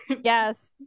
yes